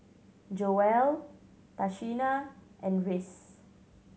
Joell Tashina and Rhys